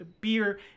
beer